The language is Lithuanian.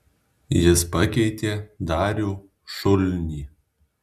jis pakeitė darių šulnį